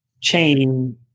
chain